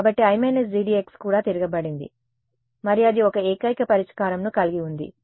కాబట్టి I GDX కూడా తిరగబడంది మరియు అది ఒక ఏకైక పరిష్కారం ను కలిగి ఉంది